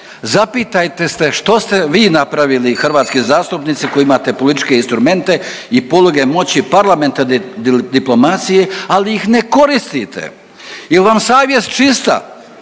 zapitajte se što ste vi napravili hrvatski zastupnici koji imate političke instrumente i poluge moći parlamenta diplomacije, ali ih ne koristite. Jel vam savjest čista?